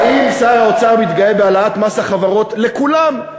האם שר האוצר מתגאה בהעלאת מס החברות לכולם,